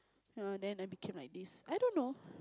yeah then I became like this I don't know